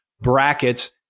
brackets